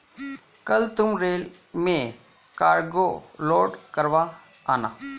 कल तुम रेल में कार्गो लोड करवा आना